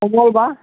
কোমল বাঁহ